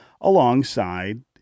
alongside